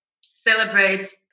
celebrate